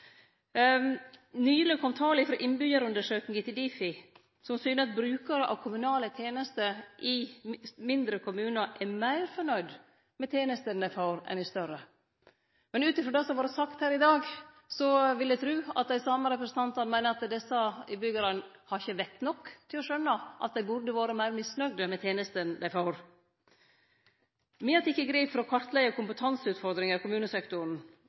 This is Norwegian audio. Nyleg kom tal frå innbyggjarundersøkinga til Difi, som synte at brukarar av kommunale tenester i mindre kommunar er meir fornøgde med tenestene dei får, enn dei er i større. Men ut frå det som har vore sagt her i dag, vil eg tru at dei same representantane meiner at desse innbyggjarane ikkje har vett nok til å skjønne at dei burde vore meir misnøgde med tenestene dei får. Me har teke grep for å kartleggje kompetanseutfordringar i kommunesektoren.